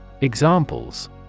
Examples